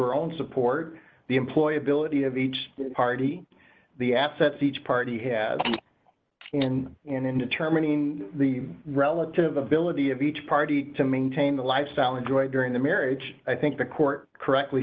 or own support the employability of each party the assets each party has been in determining the relative ability of each party to maintain the lifestyle enjoyed during the marriage i think the court correctly